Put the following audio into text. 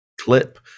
clip